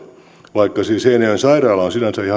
vaikka siis seinäjoen sairaala